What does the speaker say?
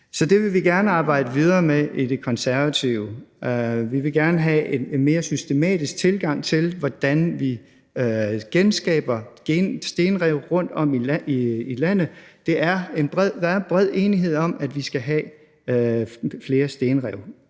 Så det vil vi gerne arbejde videre med i Konservative. Vi vil gerne have en mere systematisk tilgang til, hvordan vi genskaber stenrev rundt om i landet. Der er en bred enighed om, at vi skal have flere stenrev.